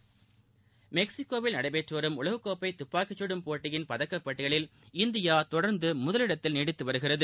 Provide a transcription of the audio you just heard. விளையாட்டுச்செய்திகள் மெக்ஸிகோவில் நடைபெற்று வரும் உலகக்கோப்பை துப்பாக்கிச் சுடும் போட்டியின் பதக்கப் பட்டியலில் இந்தியா தொடர்ந்து முதலிடத்தில் நீடித்து வருகிறது